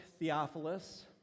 Theophilus